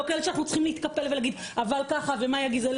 לא כאלה שאנחנו צריכים להתקפל ולהגיד: אבל ככה ומה יגידו.